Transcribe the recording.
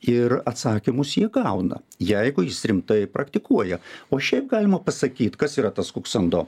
ir atsakymus jie gauna jeigu jis rimtai praktikuoja o šiaip galima pasakyt kas yra tas kuksando